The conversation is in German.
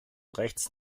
rechts